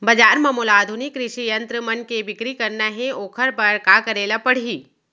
बजार म मोला आधुनिक कृषि यंत्र मन के बिक्री करना हे ओखर बर का करे ल पड़ही?